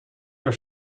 your